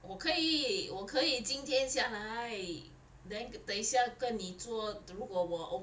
我可以我可以今天下来 then 等一下跟你做如果我 o~